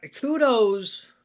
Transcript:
kudos